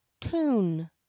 tune